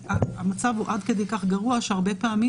המצב הוא עד כדי כך גרוע שהרבה פעמים